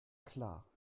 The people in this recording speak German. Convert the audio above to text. klar